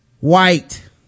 White